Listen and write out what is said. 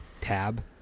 tab